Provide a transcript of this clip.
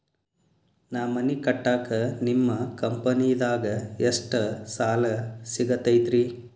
ನಾ ಮನಿ ಕಟ್ಟಾಕ ನಿಮ್ಮ ಕಂಪನಿದಾಗ ಎಷ್ಟ ಸಾಲ ಸಿಗತೈತ್ರಿ?